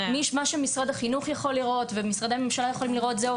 משרד החינוך ומשרדי הממשלה יכולים לראות שזה עובד.